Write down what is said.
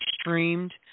streamed